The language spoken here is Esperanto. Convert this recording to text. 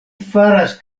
faras